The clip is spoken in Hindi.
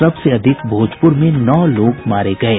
सबसे अधिक भोजपुर में नौ लोग मारे गये